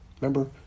Remember